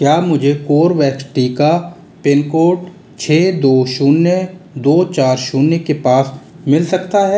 क्या मुझे कोरवैक्स टीका पिन कोड छह दो शून्य दो चार शून्य के पास मिल सकता है